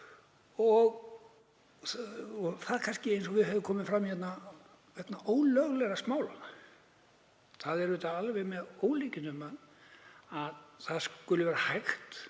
ár og kannski, eins og hefur komið fram hér, vegna ólöglegra smálána. Það er auðvitað alveg með ólíkindum að það skuli vera hægt,